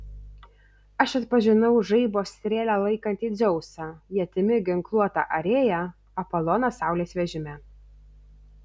aš atpažinau žaibo strėlę laikantį dzeusą ietimi ginkluotą arėją apoloną saulės vežime